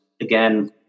again